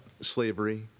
slavery